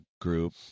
group